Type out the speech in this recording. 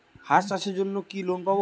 হাঁস চাষের জন্য কি লোন পাব?